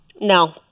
No